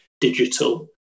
digital